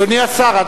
אדוני השר,